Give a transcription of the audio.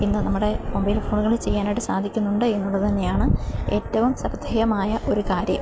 ഇന്ന് നമ്മുടെ മൊബൈൽ ഫോണുകളില് ചെയ്യാനായിട്ട് സാധിക്കുന്നുണ്ടെന്നുള്ളത് തന്നെയാണ് ഏറ്റവും ശ്രദ്ധേയമായ ഒരു കാര്യം